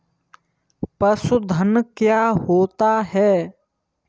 पशुधन क्या होता है?